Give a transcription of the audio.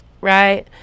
right